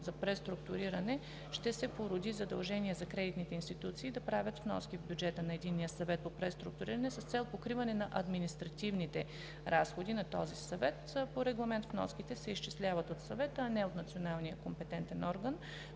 за преструктуриране ще се породи задължение за кредитните институции да правят вноски в бюджета на Единния съвет по преструктуриране с цел покриване на административните разходи на този съвет. По регламент вноските се изчисляват от Съвета, а не от националния компетентен орган,